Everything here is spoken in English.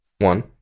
one